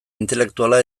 intelektuala